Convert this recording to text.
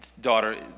daughter